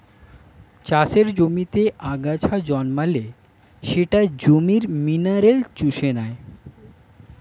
চাষের জমিতে আগাছা জন্মালে সেটা জমির মিনারেল চুষে নেয়